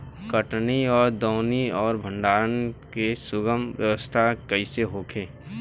कटनी और दौनी और भंडारण के सुगम व्यवस्था कईसे होखे?